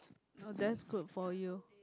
oh that's good for you